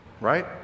Right